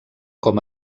com